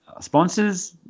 Sponsors